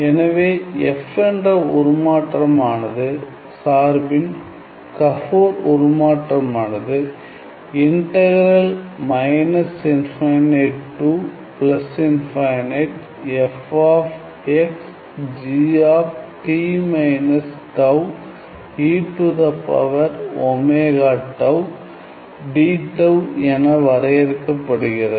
எனவே f என்ற உருமாற்றமானது சார்பின் கபோர் உருமாற்றமானது integral minus infinite to plus infinite f of x g of t minus tau e to the power omega tau dடவ் என வரையறுக்கப்படுகிறது